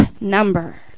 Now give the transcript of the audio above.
number